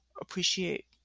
appreciate